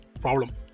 problem